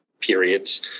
periods